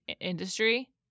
industry